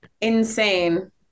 Insane